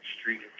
street